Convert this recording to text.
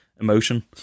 emotion